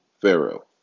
Pharaoh